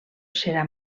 serà